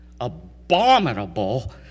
abominable